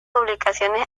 publicaciones